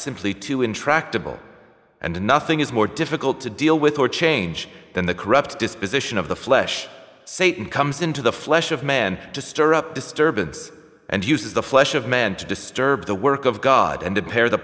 simply too intractable and nothing is more difficult to deal with or change than the corrupt disposition of the flesh satan comes into the flesh of man to stir up disturbance and use the flesh of men to disturb the work of god and to pair the